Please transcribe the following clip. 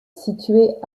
située